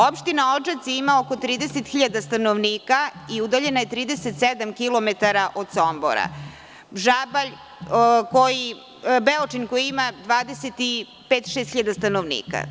Opština Odžaci ima oko 30.000 stanovnika i udaljena je 37 kilometara od Sombora, Beočin, koji ima 25-26 hiljada stanovnika.